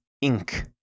ink